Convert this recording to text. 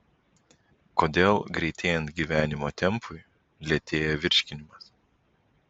kodėl greitėjant gyvenimo tempui lėtėja virškinimas